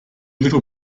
little